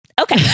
Okay